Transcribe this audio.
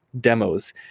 demos